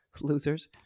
losers